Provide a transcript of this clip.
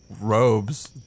robes